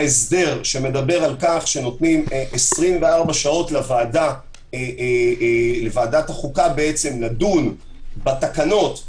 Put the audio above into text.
ההסדר על כך שנותנים 24 שעות לוועדת החוקה לדון בתקנות,